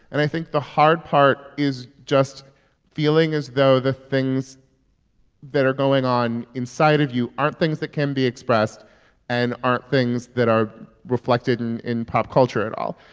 and i think the hard part is just feeling as though the things that are going on inside of you aren't things that can be expressed and aren't things that are reflected in in pop culture at all.